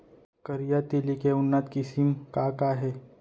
करिया तिलि के उन्नत किसिम का का हे?